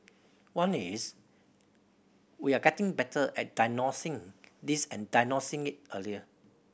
one is we are getting better at diagnosing this and diagnosing it earlier